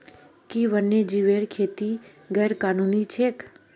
कि वन्यजीवेर खेती गैर कानूनी छेक?